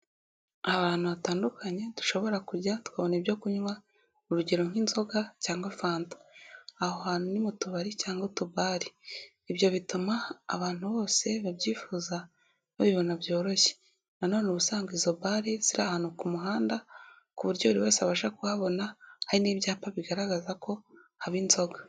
Hari ahantu hatandukanye dushobora kujya tukabona ibyo kunywa, urugero nk'inzoga cyangwa fanta. Aho hantu ni mu tubari cyangwa utubare. Ibyo bituma abantu bose babyifuza babibona byoroshye. Nanone ubu usanga izo bare ziri ahantu ku muhanda ku buryo buri wese abasha kuhabona, hari n'ibyapa bigaragaza ko haba inzoga.